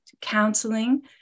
counseling